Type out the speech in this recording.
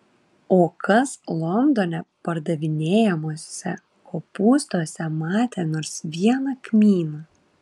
o kas londone pardavinėjamuose kopūstuose matė nors vieną kmyną